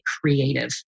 creative